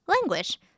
language